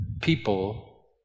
people